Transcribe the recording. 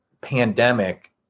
pandemic